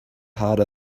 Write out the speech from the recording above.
harder